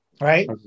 right